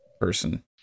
person